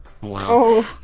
Wow